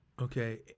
Okay